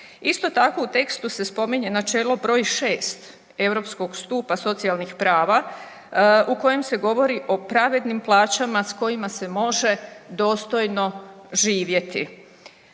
Isto tako u tekstu se spominje načelo broj 6 europskog stupa socijalnih prava u kojem se govori o pravednim plaćama s kojima se može dostojno živjeti.